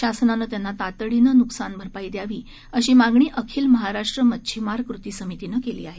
शासनाने त्यांना तातडीने नुकसानभरपाई द्यावी अशी मागणी अखिल महाराष्ट्र मच्छिमार कृती समितीने केली आहे